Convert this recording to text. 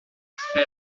après